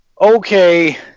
Okay